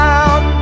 out